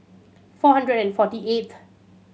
four hundred and forty eighth